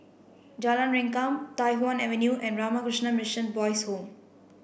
Jalan Rengkam Tai Hwan Avenue and Ramakrishna Mission Boys' Home